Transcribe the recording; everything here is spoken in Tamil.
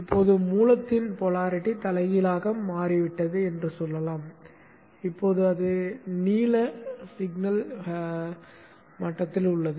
இப்போது மூலத்தின் துருவமுனைப்பு தலைகீழாக மாறிவிட்டது என்று சொல்லலாம் இப்போது அது நீல சமிக்ஞை மட்டத்தில் உள்ளது